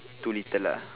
too little lah